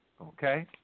Okay